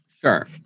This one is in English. Sure